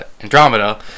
Andromeda